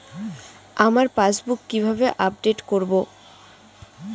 আমার পাসবুক কিভাবে আপডেট করবো?